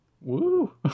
Woo